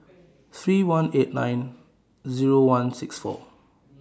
three one eight nine Zero one six four